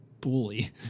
Bully